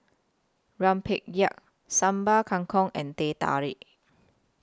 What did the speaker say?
Rempeyek Sambal Kangkong and Teh Tarik